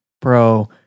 bro